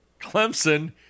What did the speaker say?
Clemson